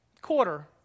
quarter